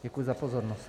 Děkuji za pozornost.